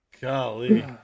Golly